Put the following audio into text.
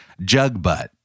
jugbutt